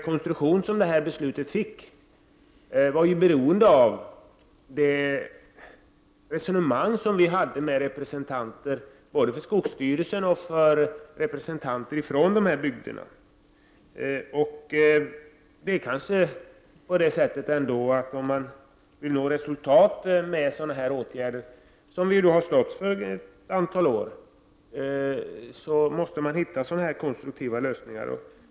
Konstruktionen av detta beslut var ju beroende av det resonemang som utskottet förde med representanter för både skogsstyrelsen och bygderna i fråga, Om man nu vill nå resultat med sådana åtgärder, vilket vi har velat under ett antal år, måste man hitta sådana konstruktiva lösningar. Nu får vi bevaka det hela och se till att det kommer att fungera. under ett antal år, måste man hitta sådana konstruktiva lösningar.